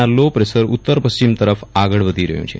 આ low pressure ઉત્તર પશ્ચિમ તરફ આગળ વધી રહ્યું છે